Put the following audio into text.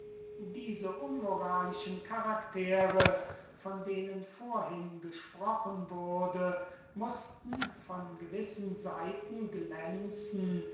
diese unmoralische charaktere von denen vorhin gesprochen wurde mußten von gewissen seiten glänzen